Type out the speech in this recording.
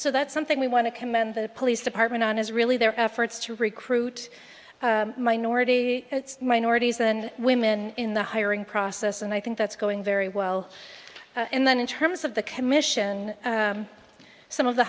so that's something we want to commend the police department on is really their efforts to recruit minority minorities and women in the hiring process and i think that's going very well and then in terms of the commission some of the